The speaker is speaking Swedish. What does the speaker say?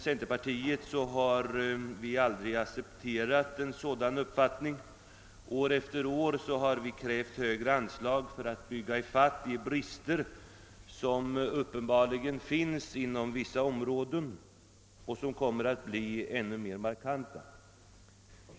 Centerpartiet har aldrig accepterat en sådan uppfattning. År efter år har vi krävt högre anslag för att undanröja de brister som uppenbarligen finns inom vissa områden och som kommer att bli ännu mer markanta.